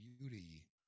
beauty